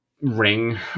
ring